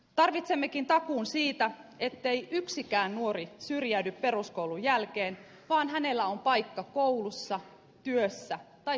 tarvitsemmekin takuun siitä ettei yksikään nuori syrjäydy peruskoulun jälkeen vaan hänelle on paikka koulussa työssä tai työharjoittelussa